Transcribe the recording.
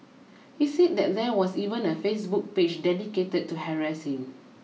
he said that there was even a Facebook page dedicated to harass him